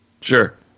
Sure